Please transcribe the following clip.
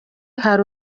hari